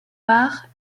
bars